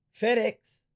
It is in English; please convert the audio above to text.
FedEx